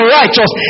righteous